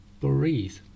breathe